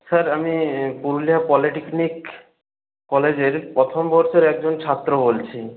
sir আমি Purulia polytechnic কলেজের প্রথম বর্ষের একজন ছাত্র বলছি